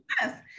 yes